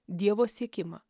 dievo siekimą